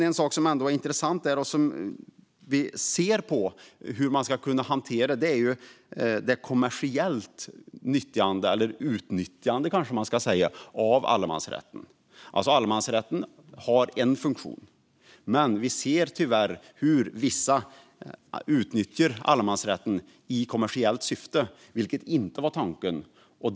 En sak som är intressant och som vi ser på hur man ska kunna hantera är kommersiellt nyttjande - eller utnyttjande - av allemansrätten. Allemansrätten har en funktion. Vi ser dock tyvärr hur vissa utnyttjar den i kommersiellt syfte, vilket inte var tanken.